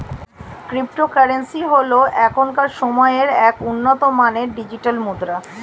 cryptocurrency হল এখনকার সময়ের এক উন্নত মানের ডিজিটাল মুদ্রা